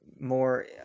more